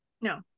No